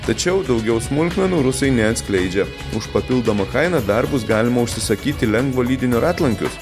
tačiau daugiau smulkmenų rusai neatskleidžia už papildomą kainą dar bus galima užsisakyti lengvo lydinio ratlankius